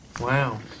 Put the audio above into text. Wow